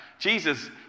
Jesus